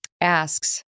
asks